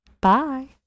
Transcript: Bye